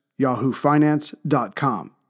YahooFinance.com